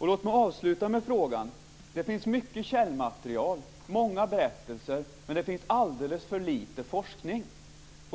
Låt mig avsluta med att säga att det finns mycket källmaterial och många berättelser, men det finns alldeles för lite forskning.